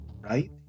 right